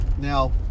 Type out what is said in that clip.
Now